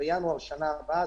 בינואר שנה הבאה,